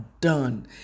done